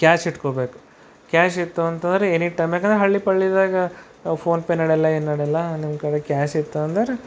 cash ಇಟ್ಕೋಬೇಕು cash ಇತ್ತೂ ಅಂತಂದ್ರೆ ಎನಿ ಟೈಮ್ದಾಗ ಹಳ್ಳಿ ಪಳ್ಳಿದಾಗ ಫೋನ್ ಪೇ ನಡೆಯಲ್ಲ ಏನು ನಡೆಯಲ್ಲ ನಿಮ್ಮ ಕಡೆ ಕ್ಯಾಶ್ ಇತ್ತು ಅಂದರೆ